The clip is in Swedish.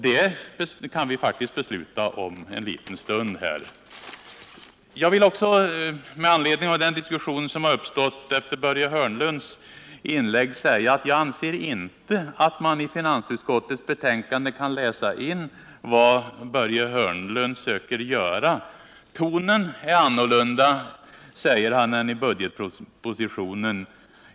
Det kan vi faktiskt fatta beslut om här om en liten stund. Med anledning av den diskussion som uppstod efter Börje Hörnlunds inlägg vill jag också säga att jag inte anser att man i finansutskottets betänkande kan läsa vad Börje Hörnlund söker göra. ”Tonen är annorlunda än i budgetpropositionen”, säger han.